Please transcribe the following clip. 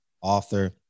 author